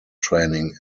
training